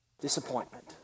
disappointment